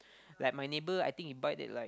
like my neighbour I think he buy at like